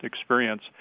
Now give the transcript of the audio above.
experience